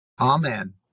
amen